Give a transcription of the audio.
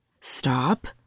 stop